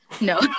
No